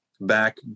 back